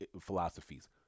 philosophies